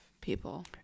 people